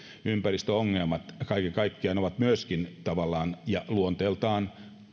ympäristöongelmat kaiken kaikkiaan koskevat myöskin tavallaan ja luonteeltaan